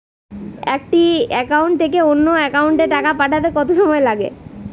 একটি একাউন্ট থেকে অন্য একাউন্টে টাকা পাঠাতে কত সময় লাগে?